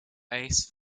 ace